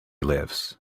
lives